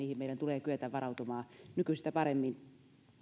niihin meidän tulee kyetä varautumaan nykyistä paremmin